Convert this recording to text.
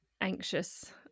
anxious